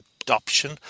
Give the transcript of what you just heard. adoption